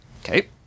Okay